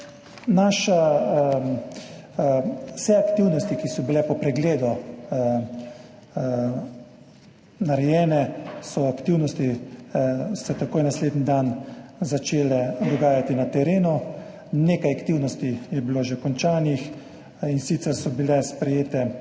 pot. Vse aktivnosti, ki so bile po pregledu narejene, so se takoj naslednji dan začele dogajati na terenu. Nekaj aktivnosti je bilo že končanih, in sicer so bila sprejeta